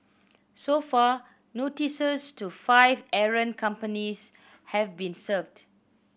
so far notices to five errant companies have been served